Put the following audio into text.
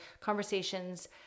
conversations